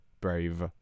Brave